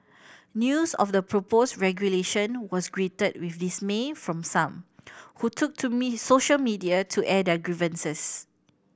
news of the proposed regulation was greeted with dismay from some who took to me social media to air their grievances